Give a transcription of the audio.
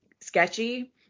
sketchy